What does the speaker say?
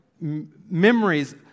memories